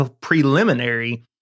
preliminary